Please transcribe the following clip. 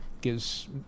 gives